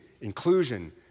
inclusion